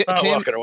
Tim